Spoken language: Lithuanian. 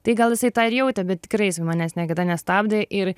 tai gal jisai tą ir jautė bet tikrai manęs niekada nestabdė ir